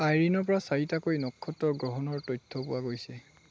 আইৰিণৰপৰা চাৰিটাকৈ নক্ষত্ৰৰ গ্ৰহণৰ তথ্য পোৱা গৈছে